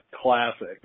Classic